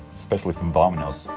especially from domino's.